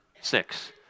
six